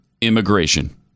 immigration